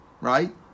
right